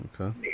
Okay